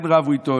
כן רבו איתו,